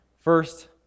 First